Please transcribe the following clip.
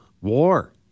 war